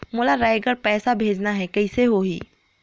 मोला रायगढ़ पइसा भेजना हैं, कइसे होही?